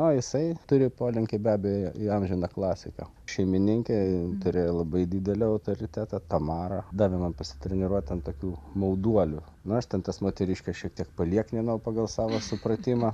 o jisai turi polinkį be abejo ji amžiną klasiką šeimininkė jin turėjo labai didelį autoritetą tamara davė man pasitreniruoti ant tokių mauduolių nu aš ten tas moteriškes šiek tiek paliekninau pagal savo supratimą